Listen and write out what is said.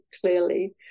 clearly